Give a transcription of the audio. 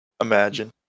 Imagine